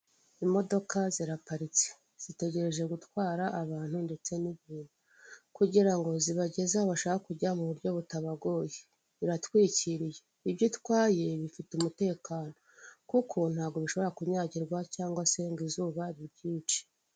Imodoka ziraparitse. Zitegereje gutwara abantu ndetse n'ibintu. Kugira ngo zibageze aho bashaka kujya mu buryo butabagoye. riraatwikiriye. Ibyo itwaye bifite umutekano. Kuko ntabwo bishobora kunyagirwa cyangwa se ngo izuba ribyice.